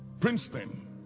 Princeton